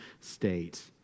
state